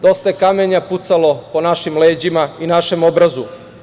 Dosta je kamenja pucalo po našim leđima i našem obrazu.